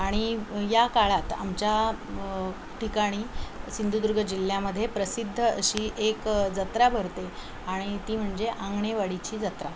आणि या काळात आमच्या ठिकाणी सिंधुदुर्ग जिल्ह्यामध्ये प्रसिद्ध अशी एक जत्रा भरते आणि ती म्हणजे आंगणेवाडीची जत्रा